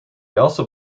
also